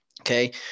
Okay